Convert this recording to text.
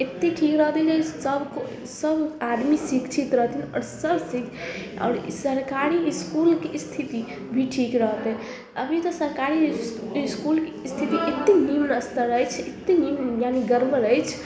एत्ते ठीक रहतै सब सब आदमी शिक्षित रहथिन आओर सब आओर सरकारी इसकूलके स्थिति भी ठीक रहतै अभी तऽ सरकारी इसकूलके स्थिति एत्ते निम्न स्तर अछि एत्ते निम्न यानि गड़बड़ अछि